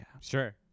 Sure